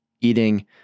eating